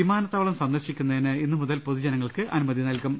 വിമാനത്താവള് ് സന്ദർശിക്കുന്നതിന് ഇന്ന് മുതൽ പൊതുജ നങ്ങൾക്ക് അനുമതി നൃൽകും